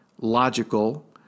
logical